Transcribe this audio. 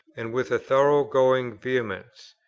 and with a thorough-going vehemence,